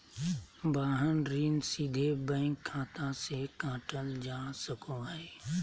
वाहन ऋण सीधे बैंक खाता से काटल जा सको हय